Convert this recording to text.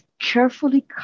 carefully